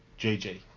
JJ